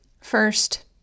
First